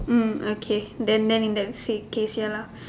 mm okay then then in the freak case ya lah